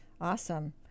Awesome